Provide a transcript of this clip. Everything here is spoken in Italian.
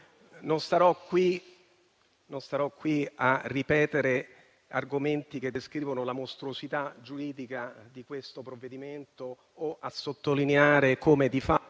non starò qui a ripetere argomenti che descrivono la mostruosità giuridica di questo provvedimento o a sottolineare come, di fatto,